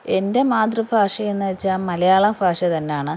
എൻ്റെ മാതൃഭാഷ എന്ന് വെച്ചാൽ മലയാളഭാഷ തന്നെയാണ്